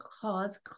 cause